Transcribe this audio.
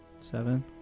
Seven